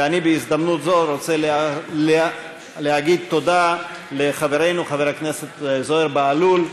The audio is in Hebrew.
ואני בהזדמנות זו רוצה להגיד תודה לחברנו חבר הכנסת זוהיר בהלול,